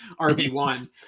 RB1